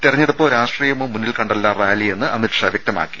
തെരഞ്ഞെടുപ്പോ രാഷ്ട്രീയമോ മുന്നിൽ കണ്ടല്ല റാലി എന്ന് അമിത് ഷാ വ്യക്തമാക്കി